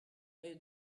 paio